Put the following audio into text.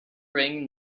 ring